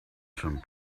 some